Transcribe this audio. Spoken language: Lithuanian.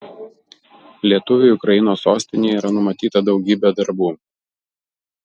lietuviui ukrainos sostinėje yra numatyta daugybė darbų